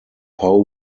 pow